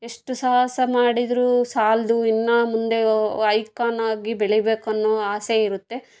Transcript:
ಎಷ್ಟು ಸಾಹಸ ಮಾಡಿದರೂ ಸಾಲದು ಇನ್ನೂ ಮುಂದೆ ಐಕಾನ್ ಆಗಿ ಬೆಳೀಬೇಕು ಅನ್ನೋ ಆಸೆ ಇರುತ್ತೆ